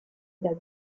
dal